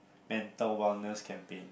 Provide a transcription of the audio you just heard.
mental wellness campaign